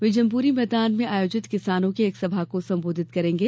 वे Jamboree Maidan में आयोजित किसानों की एक सभा को संबोधित करेंगे